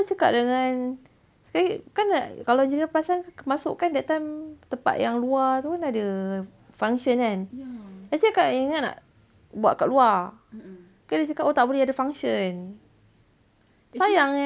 tapi dah cakap dengan kan kalau angelina perasan kemasukan that time tempat yang keluar tu ada function kan I cakap I ingat nak buat kat luar sekali dia cakap oh tak boleh ada function sayang eh